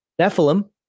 nephilim